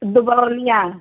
Dubaulia